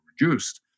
reduced